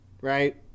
Right